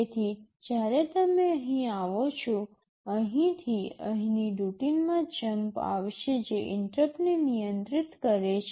તેથી જ્યારે તમે અહીં આવો છો અહીંથી અહીંની રૂટિનમાં જંપ આવશે જે ઇન્ટરપ્ટને નિયંત્રિત કરે છે